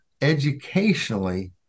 educationally